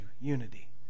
unity